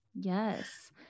Yes